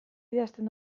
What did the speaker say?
idazten